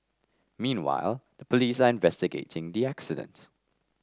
meanwhile the police are investigating the accident